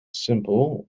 simpel